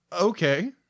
Okay